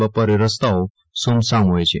બપોરે રસ્તાઓ સુમસામ હોય છે